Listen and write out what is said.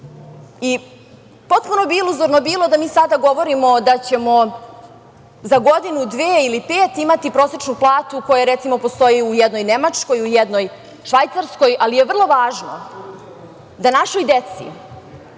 Srbije. Potpuno bi iluzorno bilo da mi sada govorimo da ćemo za godinu, dve ili pet imati prosečnu platu koja recimo postoji u jednoj Nemačkoj, u jednoj Švajcarskoj, ali je vrlo važno da našoj deci